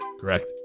Correct